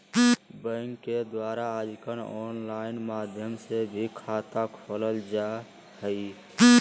bank के द्वारा आजकल आनलाइन माध्यम से भी खाता खोलल जा हइ